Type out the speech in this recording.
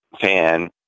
fan